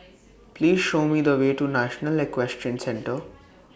Please Show Me The Way to National Equestrian Centre